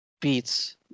beats